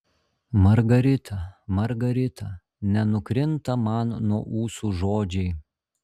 margarita margarita nenukrinta man nuo ūsų žodžiai